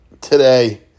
today